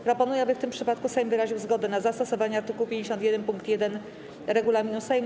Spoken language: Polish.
Proponuję, aby w tym przypadku Sejm wyraził zgodę na zastosowanie art. 51 pkt 1 regulaminu Sejmu.